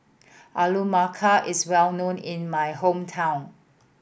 Alu Matar is well known in my hometown